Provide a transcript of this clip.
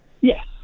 Yes